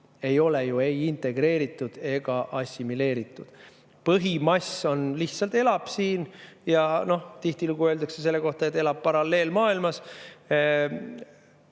ei ole ju ei integreeritud ega assimileeritud. Põhimass lihtsalt elab siin. Tihtilugu öeldakse selle kohta, et elab paralleelmaailmas. Meil